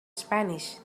spanish